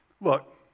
Look